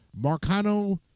marcano